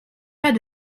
pas